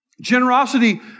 Generosity